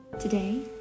Today